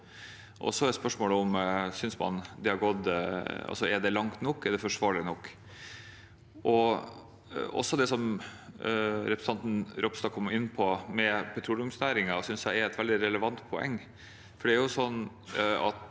Så er spørsmålet om det er langt nok, om det er forsvarlig nok. Også det representanten Ropstad kom inn på med petroleumsnæringen, synes jeg er et veldig relevant poeng,